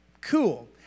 Cool